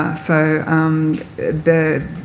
so the